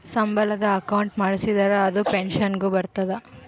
ಸಂಬಳದ ಅಕೌಂಟ್ ಮಾಡಿಸಿದರ ಅದು ಪೆನ್ಸನ್ ಗು ಬರ್ತದ